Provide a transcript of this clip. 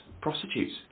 prostitutes